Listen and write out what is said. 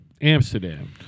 Amsterdam